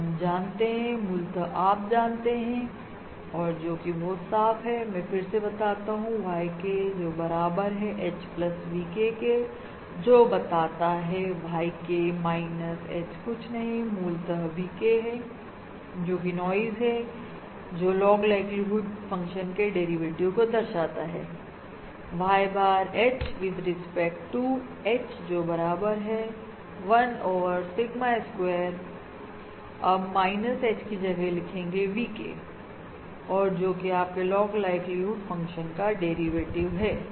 तो हम जानते हैं मूलता आप जानते हैं और जो कि बहुत ही साफ है मैं फिर से बताता हूं YK जो बराबर हैं H प्लस VK के जो बताता है YK माइनस H कुछ नहीं पर मूलतः VK है जोकि नॉइज़ है जो लॉग लाइक्लीहुड फंक्शन के डेरिवेटिव को दर्शाता है Y bar H with respect to H जो बराबर हैं 1 ओवर सिग्मा स्क्वायर अब माइनस H की जगह लिखेंगे VK और जो कि आपके लॉग लाइक्लीहुड फंक्शन का डेरिवेटिव है